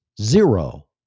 zero